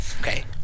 okay